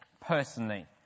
personally